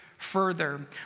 Further